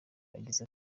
yagize